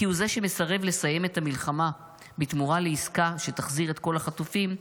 כי הוא זה שמסרב לסיים את המלחמה בתמורה לעסקה שתחזיר את כל החטופים,